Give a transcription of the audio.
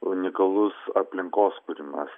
unikalus aplinkos kūrimas